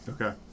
Okay